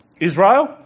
Israel